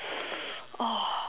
oh